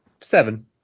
seven